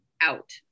out